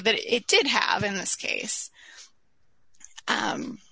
that it did have in this case